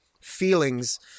feelings